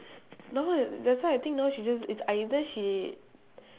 no that that's why I think now she just it's either she